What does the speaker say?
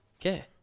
Okay